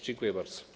Dziękuję bardzo.